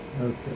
Okay